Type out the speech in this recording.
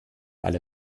alle